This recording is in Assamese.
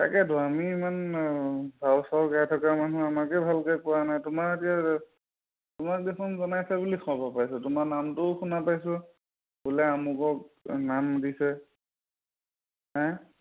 তাকেতো আমি ইমান ভাও চাও গাই থকা মানুহ আমাকে ভালকৈ কোৱা নাই তোমাৰ এতিয়া তোমাক দেখোন জনাইছে বুলি খবৰ পাইছোঁ তোমাৰ নামটোও শুনা পাইছোঁ বোলে আমুকক নাম দিছে